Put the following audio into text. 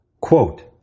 Quote